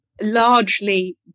largely